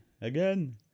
again